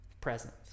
presence